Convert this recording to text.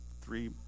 three